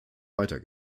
weiter